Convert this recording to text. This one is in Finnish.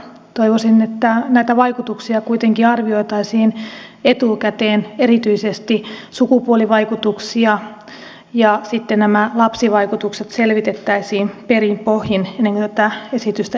toivoisin että näitä vaikutuksia kuitenkin arvioitaisiin etukäteen erityisesti sukupuolivaikutuksia ja sitten nämä lapsivaikutukset selvitettäisiin perin pohjin ennen kuin tätä esitystä eteenpäin viedään